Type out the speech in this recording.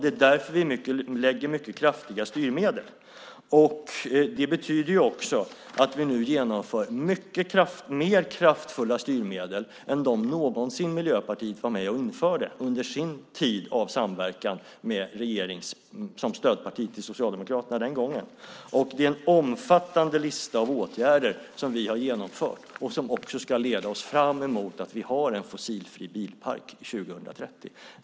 Det är därför vi lägger fram mycket kraftiga styrmedel. Det betyder också att vi nu genomför mer kraftfulla styrmedel än de som någonsin Miljöpartiet var med och införde under sin tid som stödparti till Socialdemokraterna den gången. Det är en omfattande lista av åtgärder som vi har genomfört och som ska leda oss fram emot att vi har en fossilfri bilpark 2030.